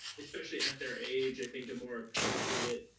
especially at their age, i think a more appropriate,